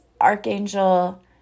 Archangel